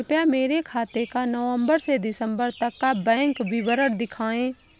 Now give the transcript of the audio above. कृपया मेरे खाते का नवम्बर से दिसम्बर तक का बैंक विवरण दिखाएं?